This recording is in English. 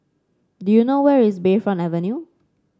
do you know where is Bayfront Avenue